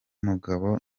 umugabo